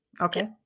okay